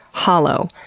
hollow,